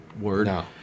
word